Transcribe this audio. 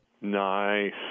Nice